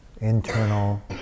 internal